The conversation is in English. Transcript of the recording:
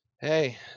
Hey